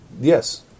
Yes